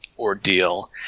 Ordeal